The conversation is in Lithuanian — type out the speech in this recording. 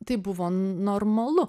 tai buvo normalu